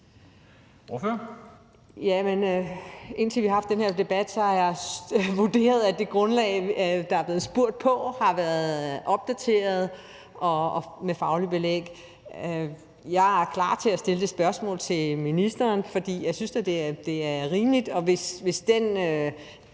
indtil vi har haft den her debat, har jeg vurderet, at det grundlag, der er blevet spurgt på, har været opdateret og med fagligt belæg. Jeg er klar til at stille det spørgsmål til ministeren, for jeg synes da, det er rimeligt.